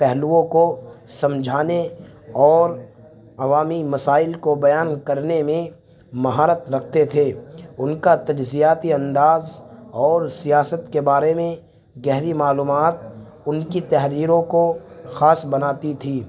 پہلوؤں کو سمجھانے اور عوامی مسائل کو بیان کرنے میں مہارت رکھتے تھے ان کا تجزیاتی انداز اور سیاست کے بارے میں گہری معلومات ان کی تحریروں کو خاص بناتی تھی